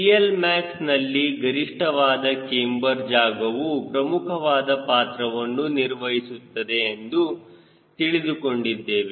CLmax ನಲ್ಲಿ ಗರಿಷ್ಠವಾದ camber ಜಾಗವು ಪ್ರಮುಖವಾದ ಪಾತ್ರವನ್ನು ನಿರ್ವಹಿಸುತ್ತದೆ ಎಂದು ತಿಳಿದುಕೊಂಡಿದ್ದೇವೆ